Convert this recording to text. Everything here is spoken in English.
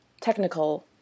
technical